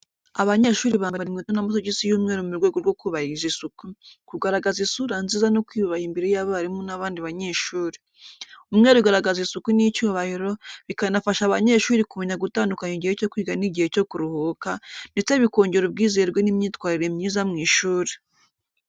Abanyeshuri bambara inkweto n’amasogisi y'umweru mu rwego rwo kubahiriza isuku, kugaragaza isura nziza no kwiyubaha imbere y’abarimu n’abandi banyeshuri. Umweru ugaragaza isuku n’icyubahiro, bikanafasha abanyeshuri kumenya gutandukanya igihe cyo kwiga n’igihe cyo kuruhuka, ndetse bikongera ubwizerwe n’imyitwarire myiza mu ishuri.